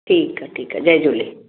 ठीकु आहे ठीकु आहे जय झूले